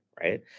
right